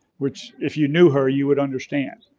which if you knew her, you would understand.